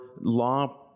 law